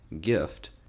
gift